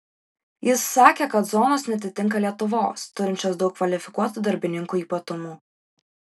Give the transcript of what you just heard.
jis sakė kad zonos neatitinka lietuvos turinčios daug kvalifikuotų darbininkų ypatumų